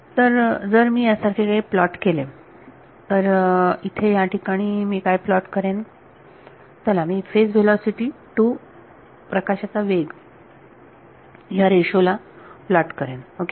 तर जर मी यासारखे काही प्लॉट केले तर इथे या ठिकाणी मी काय प्लॉट करेन चला मी फेज व्हेलॉसिटी टू प्रकाशाचा वेगphase velocity speed of light ह्या रेशो ला प्लॉट करेन ओके